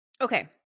Okay